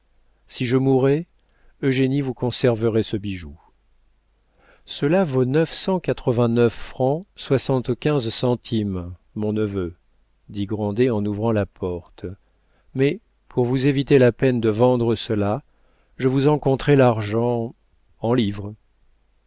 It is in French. si je mourais eugénie vous conserverait ce bijou cela vaut neuf cent quatre-vingt-neuf francs soixante-quinze centimes mon neveu dit grandet en ouvrant la porte mais pour vous éviter la peine de vendre cela je vous en compterai l'argent en livres